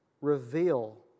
Reveal